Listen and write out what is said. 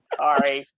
sorry